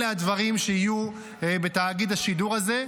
אלה הדברים שיהיו בתאגיד השידור הזה.